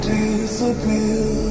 disappear